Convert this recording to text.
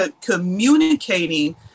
communicating